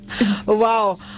wow